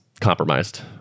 compromised